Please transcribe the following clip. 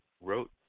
wrote